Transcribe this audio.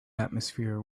atmosphere